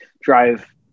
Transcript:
drive